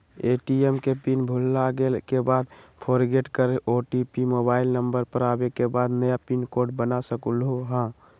ATM के pin भुलागेल के बाद फोरगेट कर ओ.टी.पी मोबाइल नंबर पर आवे के बाद नया पिन कोड बना सकलहु ह?